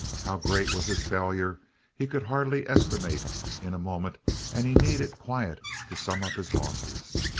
how great was his failure he could hardly estimate in a moment and he needed quiet to sum up his losses.